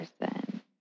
person